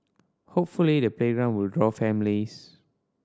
hopefully the playground will draw families